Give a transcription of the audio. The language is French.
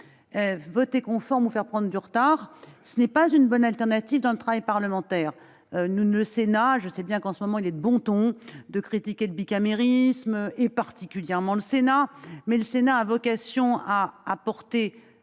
voter conforme ou faire prendre du retard. Ce n'est pas une bonne alternative dans le cadre du travail parlementaire. Je sais bien que, en ce moment, il est de bon ton de critiquer le bicamérisme, et particulièrement le Sénat, mais notre Haute Assemblée a vocation à apporter